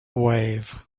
wave